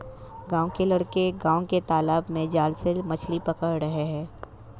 गांव के लड़के गांव के तालाब में जाल से मछली पकड़ रहे हैं